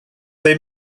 they